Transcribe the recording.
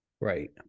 Right